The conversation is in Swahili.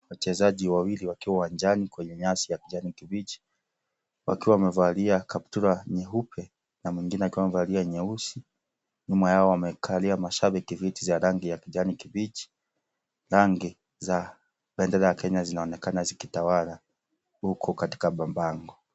Wachezaji wawili wakiwa uwanjani kwenye kijani kibichi wakiwa wamevalia kaptula nyeupe na Na mwingine amevaa nyeusi nyuma yao wamekalia mashabiki viti vya rangi ya kijani kibichi rangi za bendera ya Kenya zinaonekana zikitawala huku katika mabango.